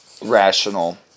rational